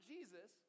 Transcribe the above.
Jesus